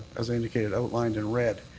as i indicated, outlined in red.